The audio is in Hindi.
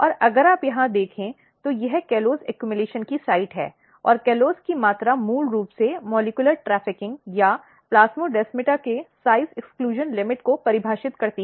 और अगर आप यहां देखें तो यह कॉलोस संचय की साइट है और कॉलोस की मात्रा मूल रूप से मॉलिक्यूलर ट्रैफिकिंग या प्लास्मोड्समाता के आकार अपवर्जन सीमा को परिभाषित करती है